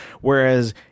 whereas